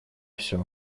всё